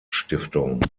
stiftung